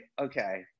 Okay